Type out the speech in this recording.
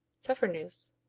pfeffernusse,